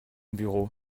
bureau